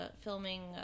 filming